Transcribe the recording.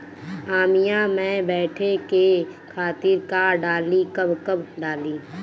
आमिया मैं बढ़े के खातिर का डाली कब कब डाली?